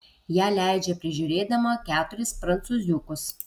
ją leidžia prižiūrėdama keturis prancūziukus